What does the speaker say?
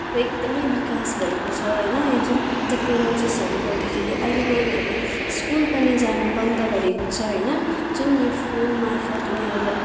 र एकदमै विकास भएको छ होइन यो जुन टेक्नोलोजिसहरूले गर्दाखेरि अहिले नानीहरूले स्कुल पनि जान बन्द गरेको छ होइन जुन यो फोन मार्फत् उनीहरूले